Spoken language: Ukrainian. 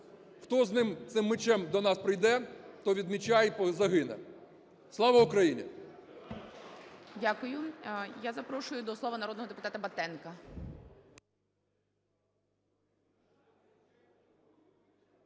ним, з цим мечем, до нас прийде, то від меча і загине. Слава Україні! ГОЛОВУЮЧИЙ. Дякую. Я запрошую до слова народного депутата Батенка.